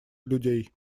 людей